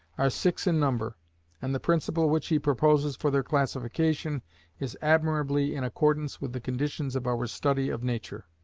are six in number and the principle which he proposes for their classification is admirably in accordance with the conditions of our study of nature.